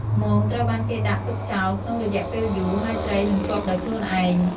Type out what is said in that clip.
មងត្រូវបានគេដាក់ទុកចោលក្នុងរយៈពេលយូរ ហើយត្រីនឹងជាប់ដោយខ្លួនឯង។